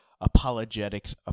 apologetics